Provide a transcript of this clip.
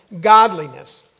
godliness